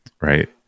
Right